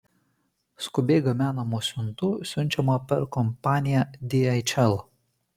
skubiai gabenamų siuntų siunčiama per kompaniją dhl